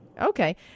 Okay